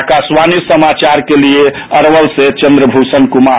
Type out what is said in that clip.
आकाशवाणी समाचार के लिए अरवल से चंद्रभूषण कुमार